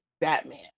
Batman